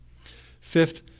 Fifth